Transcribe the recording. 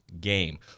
game